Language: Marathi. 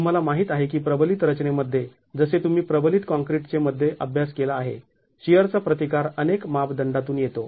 तुम्हाला माहीत आहे की प्रबलित रचनेमध्ये जसे तुम्ही प्रबलित काँक्रीट चे मध्ये अभ्यास केला आहे शिअरचा प्रतिकार अनेक मापदंडातून येतो